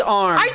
arm